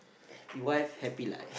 happy wife happy life